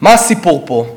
מה הסיפור פה?